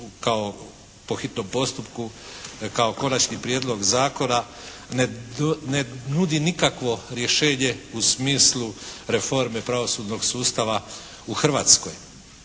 kao po hitnom postupku kao konačni prijedlog zakona ne nudi nikakvo rješenje u smislu reforme pravosudnog sustava u Hrvatskoj.